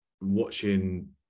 watching